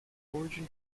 origin